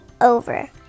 over